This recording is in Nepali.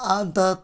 अन्त